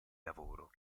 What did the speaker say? lavoro